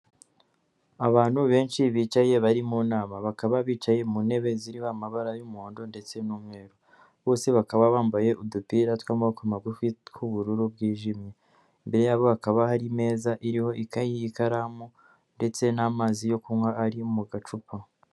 Abantu benshi bicaye bari mu nama, bakaba bicaye mu ntebe ziriho amabara y'umuhondo ndetse n'umweru, bose bakaba bambaye udupira tw'amaboko magufi tw'ubururu bwijimye, imbere yabo hakaba hari meza iriho ikayi, ikaramu ndetse n'amazi yo kunywa ari mu gacupa.